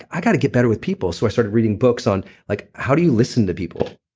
i gotta get better with people. so i started reading books on, like how do you listen to people?